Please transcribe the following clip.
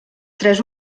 tres